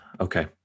Okay